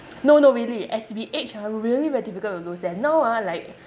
no no really as we age ah really very difficult to lose eh now ah like